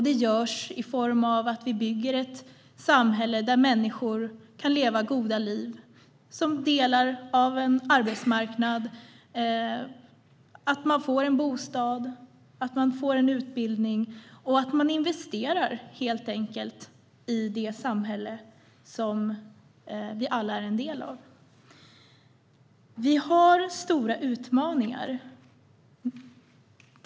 Det görs genom att vi bygger ett samhälle där människor kan leva goda liv som delar av arbetsmarknaden och att de får en bostad och en utbildning - att man investerar i det samhälle som vi alla är del av. Vi har stora utmaningar.